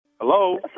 Hello